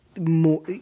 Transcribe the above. more